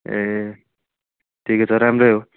ए ठिकै छ राम्रै हो